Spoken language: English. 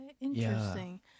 interesting